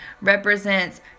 represents